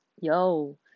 Yo